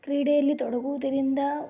ಕ್ರೀಡೆಯಲ್ಲಿ ತೊಡಗುವುದರಿಂದ